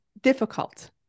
difficult